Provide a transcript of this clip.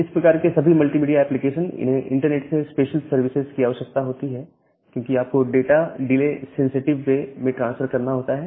इस प्रकार के सभी मल्टीमीडिया एप्लीकेशन इन्हें इंटरनेट से स्पेशल सर्विसेज की आवश्यकता होती है क्योंकि आपको डाटा डिले सेंसेटिव वे में ट्रांसफर करना होता है